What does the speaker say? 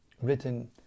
Written